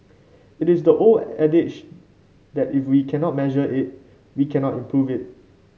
it is the old adage that if we cannot measure it we cannot improve it